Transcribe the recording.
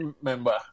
remember